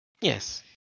Yes